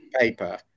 paper